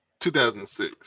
2006